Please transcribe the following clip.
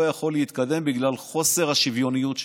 יכול להתקדם בגלל חוסר השוויוניות שבו.